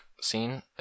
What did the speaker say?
scene